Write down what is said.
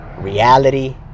reality